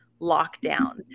lockdown